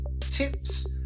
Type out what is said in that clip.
tips